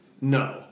No